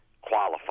qualified